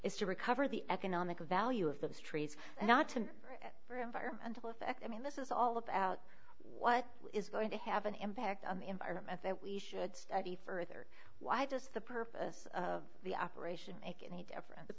is to recover the economic value of those trees and not to for environmental effect i mean this is all about what is going to have an impact on the environment that we should study further why does the purpose of the operation make any difference